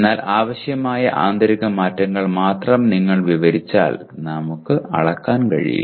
എന്നാൽ ആവശ്യമായ ആന്തരിക മാറ്റങ്ങൾ മാത്രം നിങ്ങൾ വിവരിച്ചാൽ നമുക്ക് അളക്കാൻ കഴിയില്ല